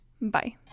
Bye